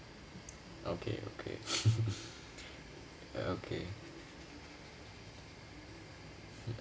okay okay okay